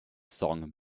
song